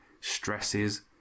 stresses